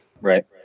Right